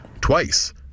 twice